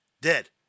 Dead